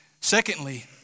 Secondly